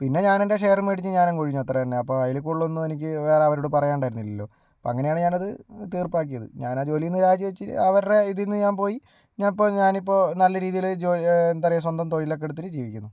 പിന്നെ ഞാൻ എൻ്റെ ഷെയറും മേടിച്ച് ഞാൻ അങ്ങ് ഒഴിഞ്ഞു അത്ര തന്നെ അപ്പം അതിൽ കൂടുതൽ ഒന്നും എനിക്ക് അവരോട് പറയാൻ ഉണ്ടായിരുന്നില്ലലോ അപ്പോൾ അങ്ങനെയാണ് ഞാൻ അത് തീർപ്പാക്കിയത് ഞാൻ ആ ജോലിയിൽ നിന്ന് രാജിവെച്ച് അവരുടെ ഇതിന്ന് ഞാൻ പോയി ഞാൻ ഇപ്പോൾ ഞാൻ ഇപ്പോൾ നല്ല രീതിയിൽ ജോലി എന്താ പറയുക സ്വന്തം തൊഴിലൊക്കെ എടുത്ത് ജീവിക്കുന്നു